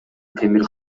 темир